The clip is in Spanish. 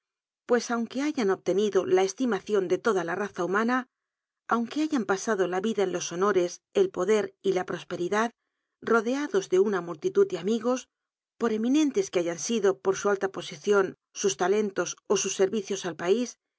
pues aunque hayan obtenido la eslimacion de toda la raza humana aunque hayan pasado la vida en los honores el poder y la l'osperidad rodeados de una mullitucl ele tm igos por eminent es que hayan sido por su alla posicion sus talentos o sus serricios al pais